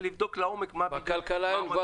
ולבדוק לעומק את הדברים.